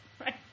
Right